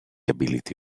ability